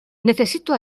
necesito